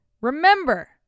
remember